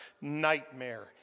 nightmare